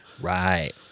Right